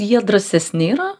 jie drąsesni yra